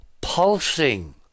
pulsing